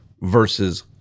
versus